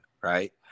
right